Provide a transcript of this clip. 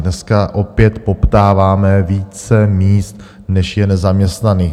Dneska opět poptáváme více míst, než je nezaměstnaných.